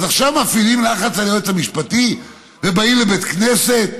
אז עכשיו מפעילים לחץ על היועץ המשפטי ובאים לבית הכנסת?